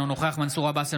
אינו נוכח מנסור עבאס,